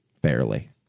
Barely